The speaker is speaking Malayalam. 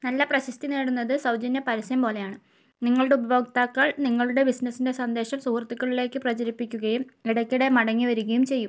നല്ല പ്രശസ്തി നേടുന്നത് സൗജന്യ പരസ്യം പോലെയാണ് നിങ്ങളുടെ ഉപഭോക്താക്കൾ നിങ്ങളുടെ ബിസിനസിൻ്റെ സന്ദേശം സുഹൃത്തുക്കളിലേക്ക് പ്രചരിപ്പിക്കുകയും ഇടയ്ക്കിടെ മടങ്ങി വരികയും ചെയ്യും